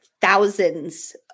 thousands